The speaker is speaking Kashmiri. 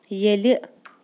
ییٚلہِ